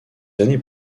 années